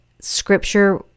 scripture